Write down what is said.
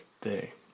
Day